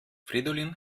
fridolin